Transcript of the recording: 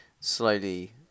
slowly